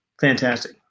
fantastic